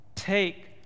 take